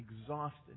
exhausted